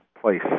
place